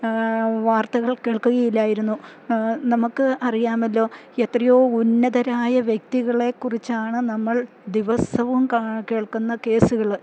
വാർത്തകൾ കേൾക്കുകയില്ലായിരുന്നു നമുക്ക് അറിയാമല്ലോ എത്രയോ ഉന്നതരായ വ്യക്തികളെക്കുറിച്ചാണ് നമ്മൾ ദിവസവും കാ കേൾക്കുന്ന കേസുകള്